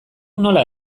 nola